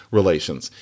relations